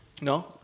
No